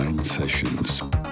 sessions